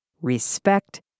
respect